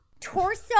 Torso